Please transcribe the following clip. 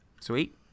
sweet